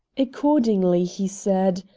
accordingly he said,